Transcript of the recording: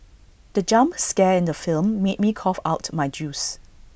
the jump scare in the film made me cough out my juice